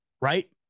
right